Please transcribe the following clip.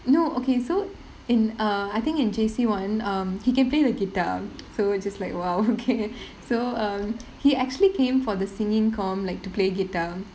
no okay so in err I think in J_C one um he can play the guitar so which is like !wow! okay so uh he actually came for the singing competition like to play guitar